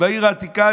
בעיר העתיקה,